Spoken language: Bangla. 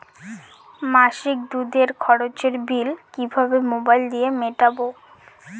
মাসিক দুধের খরচের বিল কিভাবে মোবাইল দিয়ে মেটাব?